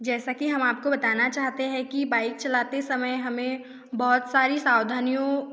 जैसा कि हम आपको बताना चाहते हैं कि बाइक चलाते समय हमें बहुत सारी सावधानियों